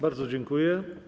Bardzo dziękuję.